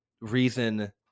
reason